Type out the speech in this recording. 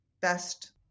best